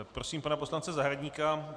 Prosím pana poslance Zahradníka.